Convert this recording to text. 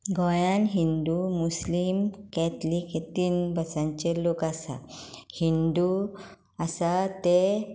गोंयान हिंदू मुस्लिम कॅथलीक हे तीन भासांचे लोक आसा हिंदू आसा तें